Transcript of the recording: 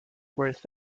worth